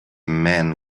men